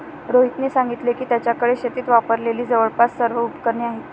रोहितने सांगितले की, त्याच्याकडे शेतीत वापरलेली जवळपास सर्व उपकरणे आहेत